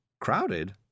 Crowded